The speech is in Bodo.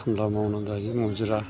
खामला मावना गाइयो मुजिरा